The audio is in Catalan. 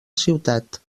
ciutat